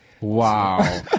Wow